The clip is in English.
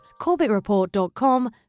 CorbettReport.com